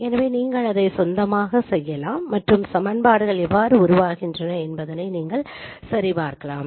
எனவே நீங்கள் அதை சொந்தமாகச் செய்யலாம் மற்றும் சமன்பாடுகள் எவ்வாறு உருவாகின்றன என்பதை நீங்கள் சரிபார்க்கலாம்